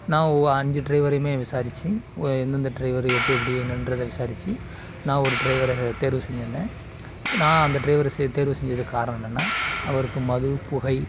நான் அஞ்சு டிரைவரையுமே விசாரித்து எந்தெந்த ட்ரைவர் எப்படி எப்படி என்னென்றதை விசாரித்து நான் ஒரு டிரைவர தேர்வு செஞ்சுருந்தேன் நான் அந்த டிரைவர தேர்வு செஞ்சதுக்கு காரணம் என்னென்னா அவருக்கு மது புகை